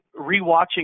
rewatching